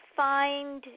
find